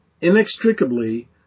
inextricably